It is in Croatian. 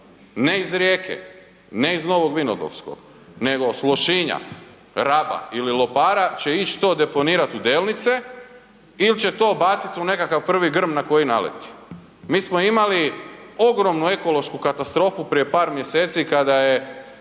ne iz Rijeke, ne iz Novog Vinodolskog nego s Lošinja, Raba ili Lopara će ić to deponirat u Delnice ili će to baciti u nekakav prvi grm na koji naleti? Mi smo imali ogromnu ekološku katastrofu prije par mjeseci kada je